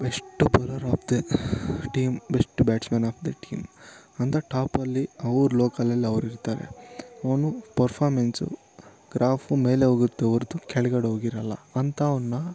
best bowler of the team best batsman of the team ಅಂತ ಟಾಪಲ್ಲಿ ಅವ್ರು ಲೋಕಲಲ್ಲಿ ಅವ್ರು ಇರ್ತಾರೆ ಅವನು ಪರ್ಫಾರ್ಮೆನ್ಸು ಗ್ರಾಫ್ ಮೇಲೆ ಹೋಗುತ್ತೆ ಹೊರ್ತು ಕೆಳಗಡೆ ಹೋಗಿರಲ್ಲ ಅಂಥವ್ನ